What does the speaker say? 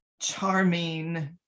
charming